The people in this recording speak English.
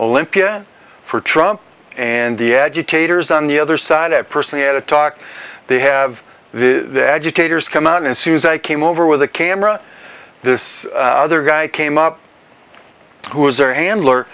olympia for trump and the educators on the other side i've personally had a talk they have the educators come out as soon as i came over with a camera this other guy came up who was there handler